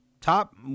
Top